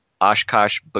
Oshkosh